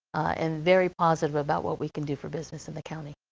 and very positive about what we can do for business in the county.